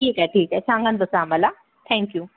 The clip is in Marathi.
ठीक आहे ठीक आहे सांगाल तसं आम्हाला थँक्यू